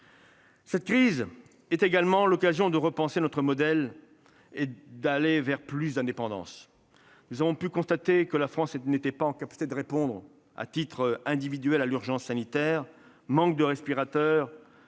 Cette crise est également l'occasion de repenser notre modèle et d'aller vers plus d'indépendance. Nous avons pu constater que la France n'était pas en capacité de répondre, à titre individuel, à l'urgence sanitaire. Manque de respirateurs,